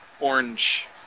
orange